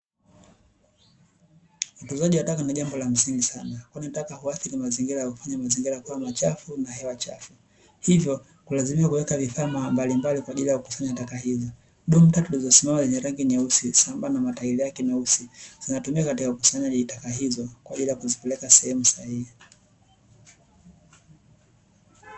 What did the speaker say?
Utunzaji wa taka ni jambo la msingi sana, kwani taka huathiri mazingira machafu na hewa chafu, hivyo kulazimika kuweka vifaa mbalimbali vya kukusanya taka hizo, dumu tatu zilizosimama zenye rangi nyeusi sambamba na matairi yake meusi zinatumika katika ukusanyaji taka hizo kwaajili ya kuzipeleka sehemu sahihi.